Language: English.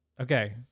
okay